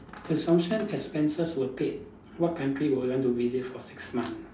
assumption expenses were paid what country will you want to visit for six month